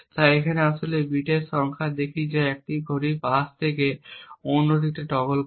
তাই এখানে আমরা আসলে বিটের সংখ্যা দেখি যা এক ঘড়ির পালস থেকে অন্যটিতে টগল করে